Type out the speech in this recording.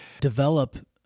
develop